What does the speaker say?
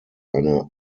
eine